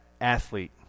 athlete